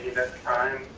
the time.